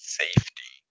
safety